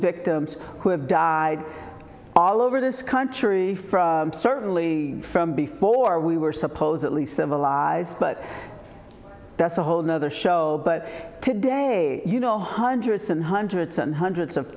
victims who have died all over this country certainly from before we were supposedly civilized but that's a whole nother show but today you know hundreds and hundreds and hundreds of